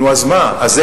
נו, אז מה?